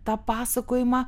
tą pasakojimą